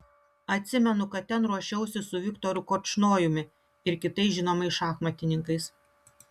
atsimenu kad ten ruošiausi su viktoru korčnojumi ir kitais žinomais šachmatininkais